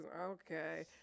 okay